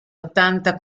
ottanta